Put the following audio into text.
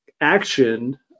action